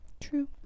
True